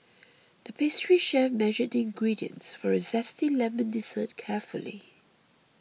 the pastry chef measured the ingredients for a Zesty Lemon Dessert carefully